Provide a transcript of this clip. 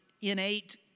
innate